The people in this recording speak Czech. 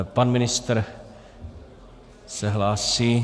Pan ministr se hlásí.